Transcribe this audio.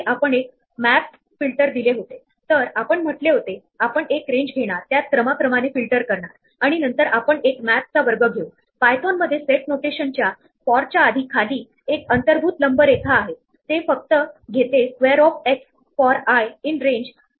जर माझ्याकडे list I आहे आणि जर मी j व x या दोन अर्ग्युमेण्ट सोबत इन्सर्ट केले म्हणजेच व्हॅल्यू ही j पोझिशन च्या आधी ठेवत आहोत व्हॅल्यू x ही पोझिशन j च्या आधी ठेवा विशेषतः जर मी पोझिशन 0 वर ठेवले तर याचा परिणाम असा होईल की लिस्टमध्ये काहीही प्रत्येक एलिमेंट च्या आधी ठेवले जाईल